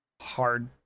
hard